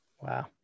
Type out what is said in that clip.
Wow